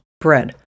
bread